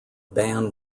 ban